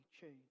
change